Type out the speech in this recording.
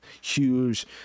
huge